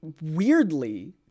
weirdly